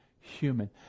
human